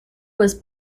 was